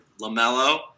LaMelo